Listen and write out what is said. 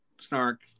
Snark